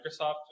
Microsoft